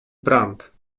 brant